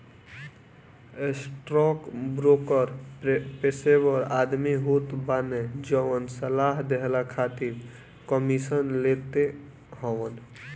stockbroker पेशेवर आदमी होत बाने जवन सलाह देहला खातिर कमीशन लेत हवन